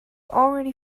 already